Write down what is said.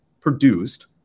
produced